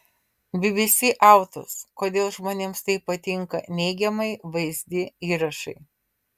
bbc autos kodėl žmonėms taip patinka neigiamai vaizdi įrašai